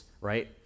right